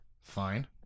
Fine